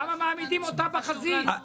למה מעמידים אותה בחזית?